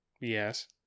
Yes